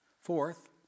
Fourth